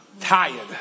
Tired